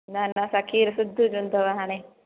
न न असां खीरु शुद्ध ज हूंदव हाणे